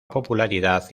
popularidad